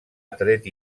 atret